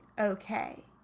okay